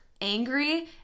angry